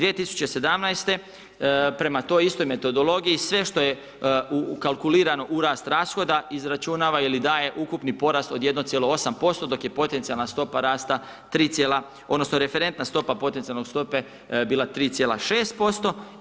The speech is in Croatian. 2017. prema toj istoj metodologiji sve što je ukalkulirano u rast rashoda izračunava ili daje ukupni porast od 1,8% do je potencijalna stopa rasta 3 cijela, odnosno referentna stopa potencijalne stope bila 3,6%